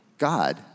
God